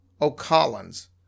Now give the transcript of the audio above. O'Collins